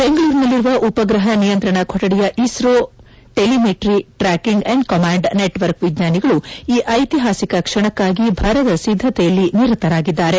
ಬೆಂಗಳೂರಿನಲ್ಲಿರುವ ಉಪಗ್ರಪ ನಿಯಂತ್ರಣ ಕೊಠಡಿಯ ISRO telemetry tracking and command network ವಿಜ್ಞಾನಿಗಳು ಈ ಐತಿಹಾಸಿಕ ಕ್ಷಣಕ್ಕಾಗಿ ಭರದ ಸಿದ್ದತೆಯಲ್ಲಿ ನಿರತರಾಗಿದ್ದಾರೆ